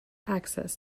access